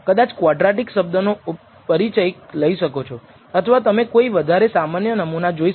કદાચ ક્વાડ્રેટીક શબ્દ નો પરિચય લઈ શકો અથવા તમે કોઈ વધારે સામાન્ય નમુના જોઈ શકો